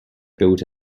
built